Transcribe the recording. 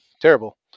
terrible